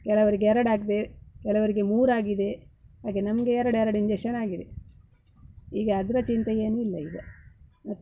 ಕೆಲವರಿಗೆ ಎರಡೂ ಆಗದೆ ಕೆಲವರಿಗೆ ಮೂರು ಆಗಿದೆ ಹಾಗೆ ನಮಗೆ ಎರಡು ಎರಡು ಇಂಜೆಷನ್ ಆಗಿದೆ ಈಗ ಅದರ ಚಿಂತೆ ಏನಿಲ್ಲ ಈಗ ಮತ್ತು